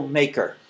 maker